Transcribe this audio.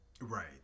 Right